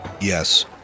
Yes